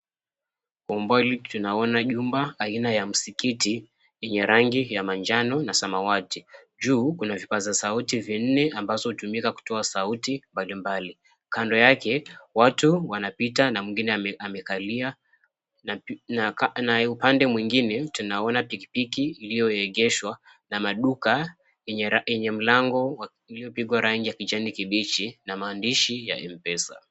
Kwa umbali tunaona jumba aina ya msikiti yenye rangi ya manjano na samawati. Juu kuna vipasa sauti vinee ambazo hutumika kutoa sauti mbalimbali. Kando yake watu wanapita na mwengine amekalia na upande mwingine tunaona pikipiki iliyoegeshwa na maduka yenye mlango iliyopigwa rangi ya kijani kibichi na mahandishi ya Mpesa.